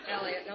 Elliot